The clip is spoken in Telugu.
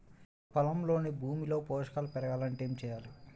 పొలంలోని భూమిలో పోషకాలు పెరగాలి అంటే ఏం చేయాలి?